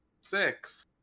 six